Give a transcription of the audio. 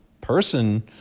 person